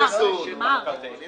אה, סמ"ר, סמ"ר.